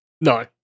No